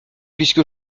puisque